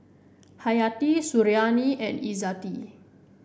Hayati Suriani and Izzati